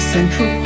Central